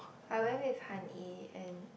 I went with han yi and